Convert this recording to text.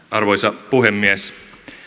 arvoisa puhemies